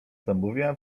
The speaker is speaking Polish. zamówiłam